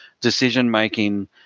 decision-making